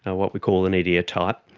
and what we call an idiotype,